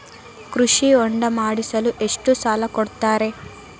ಕೃಷಿ ಹೊಂಡ ಮಾಡಿಸಲು ಎಷ್ಟು ಸಾಲ ಕೊಡ್ತಾರೆ?